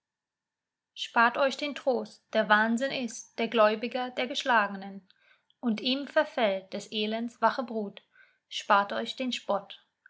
spart euch den trost der wahnsinn ist der gläubiger der geschlagenen und ihm verfällt des elends wache brut spart euch den spott